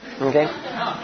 okay